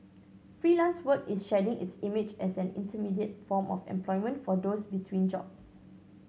Freelance Work is shedding its image as an intermediate form of employment for those between jobs